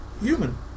human